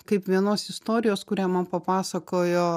kaip vienos istorijos kurią man papasakojo